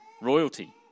royalty